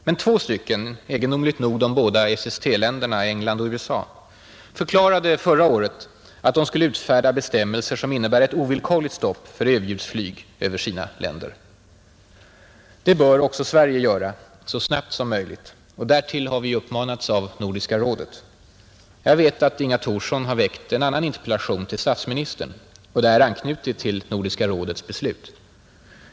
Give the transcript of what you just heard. Men två, egendomligt nog de båda SST-länderna England och USA, förklarade förra året att de skulle utfärda bestämmelser som innebär ett ovillkorligt stopp för överljudsflyg över sina länder, Det bör också Sverige göra så snabbt som möjligt, och därtill har vi uppmanats av Nordiska rådet. Jag vet att Inga Thorsson har väckt en annan interpellation till statsministern och där anknutit till Nordiska rådets beslut.